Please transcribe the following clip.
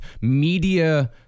media